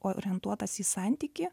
orientuotas į santykį